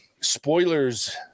spoilers